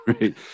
right